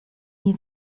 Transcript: nie